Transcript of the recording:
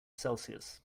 celsius